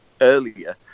earlier